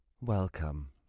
Welcome